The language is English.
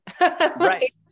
Right